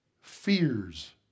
fears